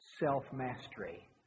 self-mastery